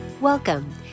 Welcome